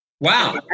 Wow